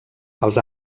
els